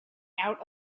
out